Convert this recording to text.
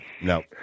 No